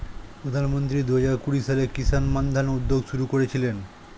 প্রধানমন্ত্রী দুহাজার কুড়ি সালে কিষান মান্ধান উদ্যোগ শুরু করেছিলেন